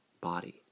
body